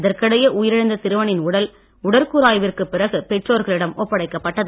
இதற்கிடையே உயிரிழந்த சிறுவனின் உடல் உடற்கூறு ஆய்வுக்குப் பிறகு பெற்றோர்களிடம் ஒப்படைக்கப்பட்டது